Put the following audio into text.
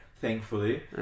thankfully